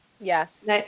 Yes